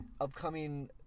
upcoming